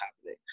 happening